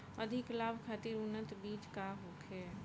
अधिक लाभ खातिर उन्नत बीज का होखे?